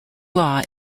law